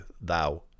thou